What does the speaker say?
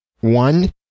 One